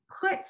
put